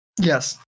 Yes